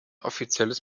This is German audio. offizielles